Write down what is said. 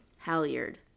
halyard